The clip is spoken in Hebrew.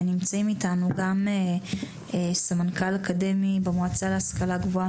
נמצאת איתנו גם סמנכ"ל אקדמי במועצה להשכלה גבוהה,